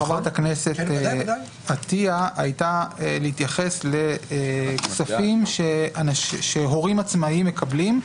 חברת הכנסת עטיה מציעה להתייחס לכספים שהורים עצמאיים מקבלים.